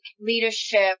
leadership